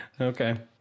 Okay